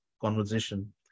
conversation